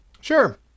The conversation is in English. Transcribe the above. Sure